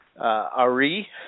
Ari